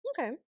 Okay